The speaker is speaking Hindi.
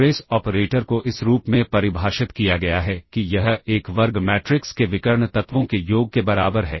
ट्रेस ऑपरेटर को इस रूप में परिभाषित किया गया है कि यह एक वर्ग मैट्रिक्स के विकर्ण तत्वों के योग के बराबर है